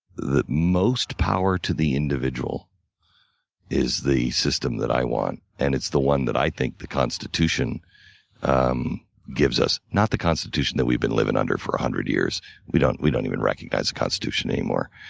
the most power to the individual is the system that i want. and it's the one that i think the constitution um gives us. not the constitution that we've been living under for one hundred years we don't we don't even recognize the constitution anymore.